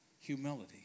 humility